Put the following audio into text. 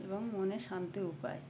এবং মনে শান্তি উপায়